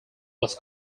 was